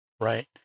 Right